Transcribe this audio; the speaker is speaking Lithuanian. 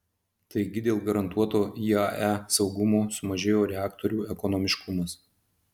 taigi dėl garantuoto iae saugumo sumažėjo reaktorių ekonomiškumas